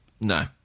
No